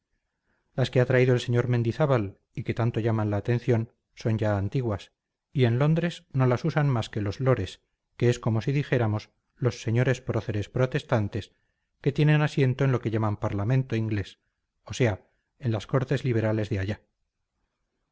las que ha traído el sr mendizábal y que tanto llaman la atención son ya antiguas y en londres no las usan más que los lores que es como si dijéramos los señores próceres protestantes que tienen asiento en lo que llaman parlamento inglés o sea en las cortes liberales de allá